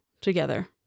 together